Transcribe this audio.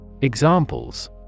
Examples